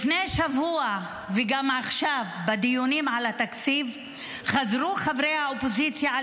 לפני שבוע וגם עכשיו בדיונים על התקציב חזרו חברי האופוזיציה על